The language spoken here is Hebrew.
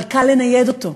אבל קל לנייד אותו,